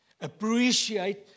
Appreciate